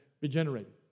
regenerated